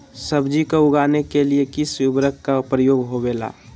सब्जी को उगाने के लिए किस उर्वरक का उपयोग होबेला?